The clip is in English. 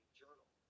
journal